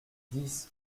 dix